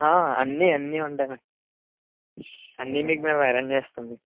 అన్నీ అన్నీ ఉంటాయి మ్యాడమ్ అన్నీ మీకు మేము అరెంజ్ చేస్తాం